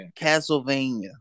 Castlevania